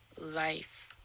life